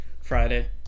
Friday